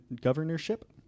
governorship